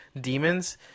demons